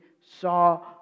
saw